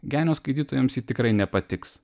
genio skaitytojams ji tikrai nepatiks